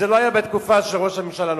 זה לא היה בתקופה של ראש הממשלה הנוכחי.